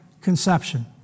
conception